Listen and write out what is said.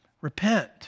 Repent